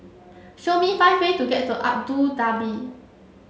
show me five way to get to Abu Dhabi